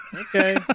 okay